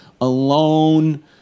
alone